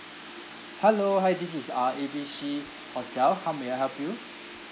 hello hi this is uh A B C hotel how may I help you